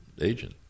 agent